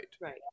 Right